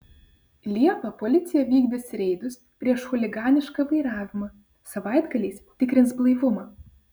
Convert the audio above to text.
liepą policija vykdys reidus prieš chuliganišką vairavimą savaitgaliais tikrins blaivumą